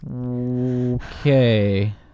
okay